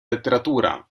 letteratura